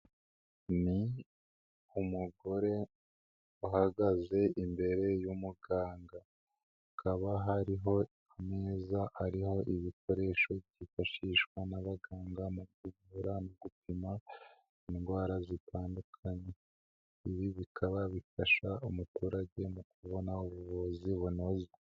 Ni umugore, uhagaze imbere y'umuganga, hakaba hariho ameza ariho ibikoresho byifashishwa n'abaganga mu kuvura no gupima indwara zitandukanye, ibi bikaba bifasha umuturage mu kubona ubuvuzi bunoze.